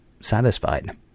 satisfied